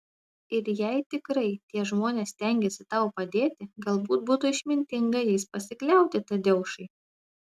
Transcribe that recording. ir jei tikrai tie žmonės stengiasi tau padėti galbūt būtų išmintinga jais pasikliauti tadeušai